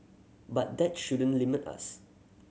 but that shouldn't limit us